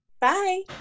Bye